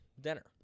dinner